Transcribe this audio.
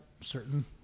certain